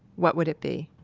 what would it be?